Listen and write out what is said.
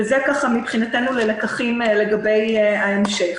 זה מבחינתי ללקחים לגבי ההמשך.